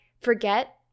forget